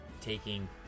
taking